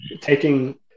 taking